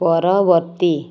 ପରବର୍ତ୍ତୀ